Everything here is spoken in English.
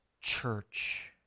church